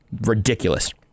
Ridiculous